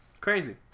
Crazy